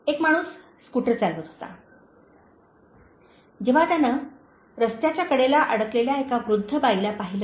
एक माणूस स्कूटर चालवत होता जेव्हा त्याने रस्त्याच्या कडेला अडकलेल्या एका वृद्ध बाईला पाहिले